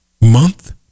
month